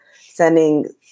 sending